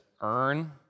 earn